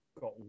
got